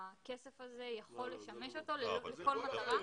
הכסף הזה יכול לשמש אותו לכל מטרה.